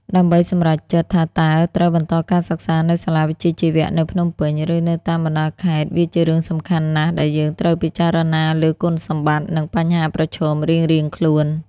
ដើម្បីសម្រេចចិត្តថាតើត្រូវបន្តការសិក្សានៅសាលាវិជ្ជាជីវៈនៅភ្នំពេញ ឬនៅតាមបណ្តាខេត្ត វាជារឿងសំខាន់ណាស់ដែលយើងត្រូវពិចារណាលើគុណសម្បត្តិ និងបញ្ហាប្រឈមរៀងៗខ្លួន។